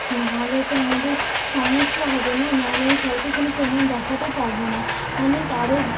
নাহলে তো আমাদের সমস্যা হবে না নাহলে আমি স্যারকে কোনো প্রমাণ দেখাতে পারবো না অনেক আরো